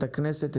את הכנסת,